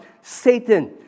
Satan